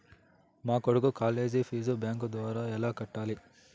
మా కొడుకు college fees bank ద్వారా ఎలా కట్టాలి?